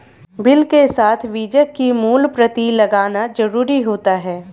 bill के साथ बीजक की मूल प्रति लगाना जरुरी होता है